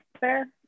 Fair